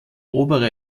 obere